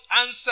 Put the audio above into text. answer